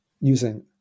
using